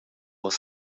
was